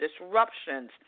disruptions